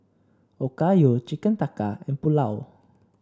Okayu Chicken Tikka and Pulao